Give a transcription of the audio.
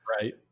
right